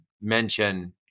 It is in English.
mention